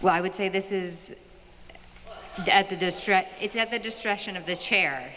well i would say this is at the district it's not the destruction of this chair